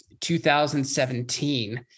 2017